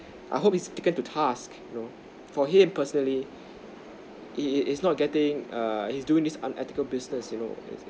I hope his taken to task you know for him personally it is is not getting err his doing this unethical business you know